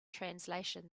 translation